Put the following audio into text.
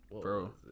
Bro